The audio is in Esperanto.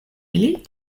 ili